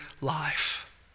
life